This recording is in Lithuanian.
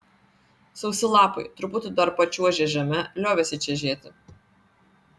sausi lapai truputį dar pačiuožę žeme liovėsi čežėti